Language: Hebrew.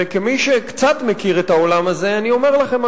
וכמי שקצת מכיר את העולם הזה אני אומר לכם,